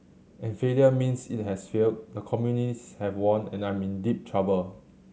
and failure means it has failed the communists have won and I'm in deep trouble